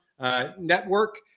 network